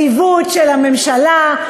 זה יציבות של הממשלה,